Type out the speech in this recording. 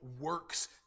works